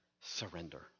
surrender